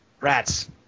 Rats